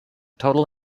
total